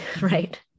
Right